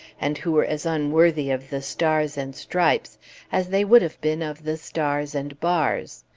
and who were as unworthy of the stars and stripes as they would have been of the stars and bars.